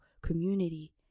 community